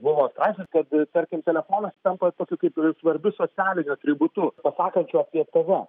buvo straipsnis kad tarkim telefonas tampa tokiu kaip ir svarbiu socialiniu atributu pasakančiu apie tave